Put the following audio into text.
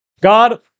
God